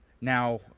now